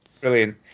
brilliant